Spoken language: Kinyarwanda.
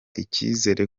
icyizere